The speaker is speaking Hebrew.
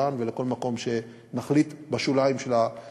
וזה נכון למסדה ולשער-הגולן ולכל מקום שנחליט בשוליים של המדינה.